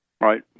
Right